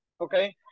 okay